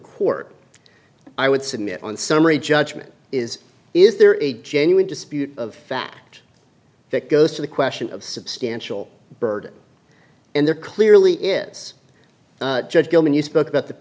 court i would submit on summary judgment is is there a genuine dispute of fact that goes to the question of substantial burden and there clearly is judge gilman you spoke about the